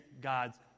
God's